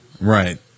Right